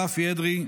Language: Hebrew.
רפי אדרי,